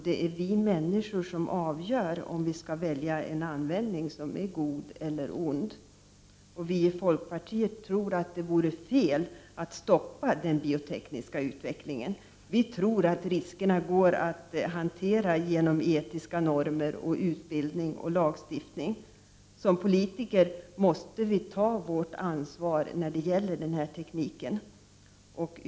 Det är vi människor som avgör om vi skall välja en användning som är god eller ond. Vi i folkpartiet anser att det vore fel att stoppa den biotekniska utvecklingen. Vi tror att riskerna går att hantera genom etiska normer, utbildning och lagstiftning. Vi måste som politiker ta vårt ansvar när det gäller den här tekniken.